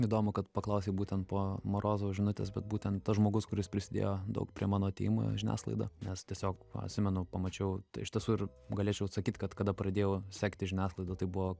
įdomu kad paklausei būtent po marozo žinutės bet būtent tas žmogus kuris prisidėjo daug prie mano atėjimo į žiniasklaidą nes tiesiog atsimenu pamačiau iš tiesų ir galėčiau atsakyt kad kada pradėjau sekti žiniasklaidą tai buvo